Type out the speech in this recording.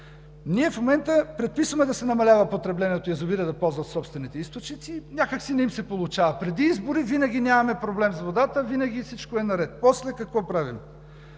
Ние в момента предписваме да се намалява потреблението и язовирът да ползва собствените източници, но някак си не им се получава. Преди избори винаги нямаме проблем с водата, винаги всичко е наред. После какво правим?